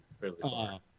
fairly